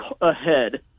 ahead